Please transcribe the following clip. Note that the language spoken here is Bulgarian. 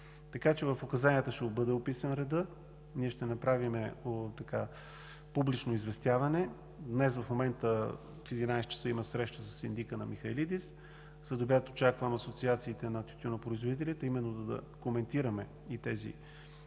Така че в указанията ще бъде описан редът. Ние ще направим публично известяване. Днес в 11,00 ч. има среща със синдика на „Михайлидис“. Следобед очаквам асоциациите на тютюнопроизводителите, именно за да коментираме и тези